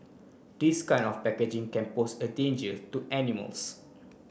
this kind of packaging can pose a danger to animals